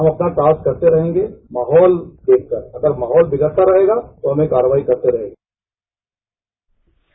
हम अपना टास्क करते रहेंगे माहौल देखकर अगर माहौल बिगडता रहेगा तो हम ये कार्रवाई करते रहेंगें